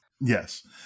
Yes